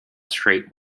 straight